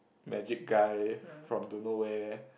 magic guy from don't know where